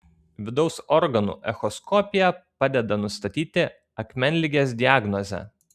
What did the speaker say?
vidaus organų echoskopija padeda nustatyti akmenligės diagnozę